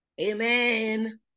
Amen